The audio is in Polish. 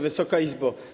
Wysoka Izbo!